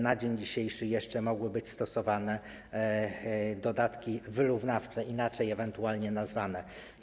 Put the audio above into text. Na dzień dzisiejszy jeszcze mogły być stosowane dodatki wyrównawcze, ewentualnie inaczej nazwane.